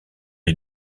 des